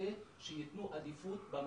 מהמטה שייתנו עדיפות במשאבים,